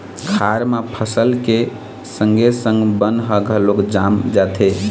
खार म फसल के संगे संग बन ह घलोक जाम जाथे